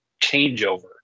changeover